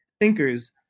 thinkers